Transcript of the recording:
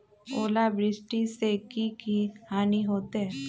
ओलावृष्टि से की की हानि होतै?